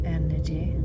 energy